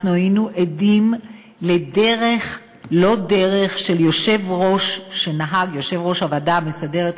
אנחנו היינו עדים לדרך-לא-דרך של יושב-ראש הוועדה המסדרת,